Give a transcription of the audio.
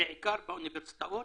בעיקר באוניברסיטאות.